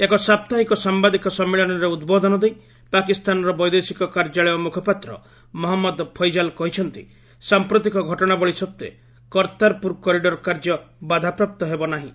ଏକ ସାପ୍ତାହିକ ସାମ୍ଭାଦିକ ସମ୍ମିଳନୀରେ ଉଦ୍ବୋଧନ ଦେଇ ପାକିସ୍ତାନର ବୈଦେଶିକ କାର୍ଯ୍ୟାଳୟ ମୁଖପାତ୍ର ମହମ୍ମଦ ଫୈଜାଲ୍ କହିଛନ୍ତି ସାମ୍ପ୍ରତିକ ଘଟଣାବଳୀ ସତ୍ତ୍ୱେ କର୍ତ୍ତାରପୁର କରିଡ଼ର କାର୍ଯ୍ୟ ବାଧାପ୍ରାପ୍ତ ହେବ ନାହିଁ